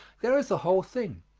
there is the whole thing.